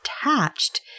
attached